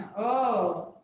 oh.